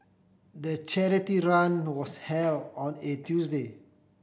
the charity run was held on a Tuesday